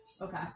Okay